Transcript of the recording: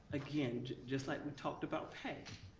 again, just like we talked about, pay.